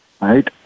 right